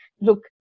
look